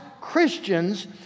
Christians